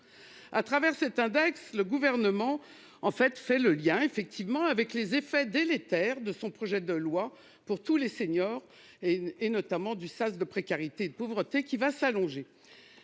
à travers cet index le gouvernement en fait fait le lien effectivement avec les effets délétères de son projet de loi pour tous les seniors. Et notamment du sas de précarité et de pauvreté qui va s'allonger.